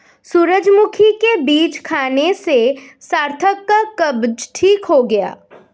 सूरजमुखी के बीज खाने से सार्थक का कब्ज ठीक हो गया